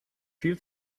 viel